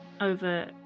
...over